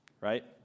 Right